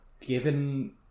given